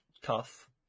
Tough